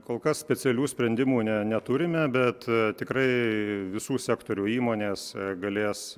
kol kas specialių sprendimų ne neturime bet tikrai visų sektorių įmonės galės